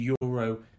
Euro